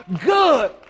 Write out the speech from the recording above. good